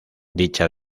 dicha